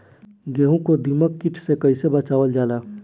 गेहूँ को दिमक किट से कइसे बचावल जाला?